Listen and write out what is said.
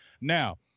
now